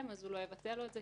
הוא לא יבטל לו את זה,